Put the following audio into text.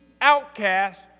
outcast